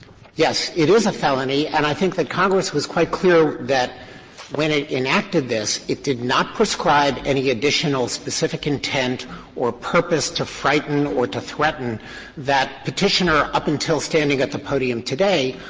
yes, it is a felony and i think that congress was quite clear that when it enacted this it did not prescribe any additional specific intent or purpose to frighten or to threaten that petitioner, up until standing at the podium today,